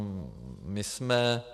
My jsme...